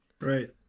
right